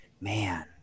man